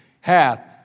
hath